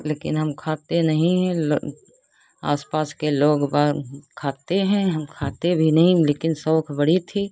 लेकिन हम खाते नहीं है ल आस पास के लोग बा खाते हैं हम खाते भी नहीं लेकिन शौक बड़ी थी